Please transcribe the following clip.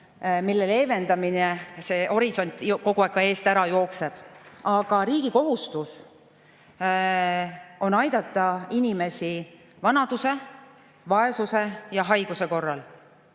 mille leevendamise horisont kogu aeg ka eest ära jookseb. Aga riigi kohustus on aidata inimesi vanaduse, vaesuse ja haiguse korral.